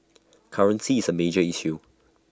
currency is A major issue